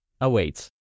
awaits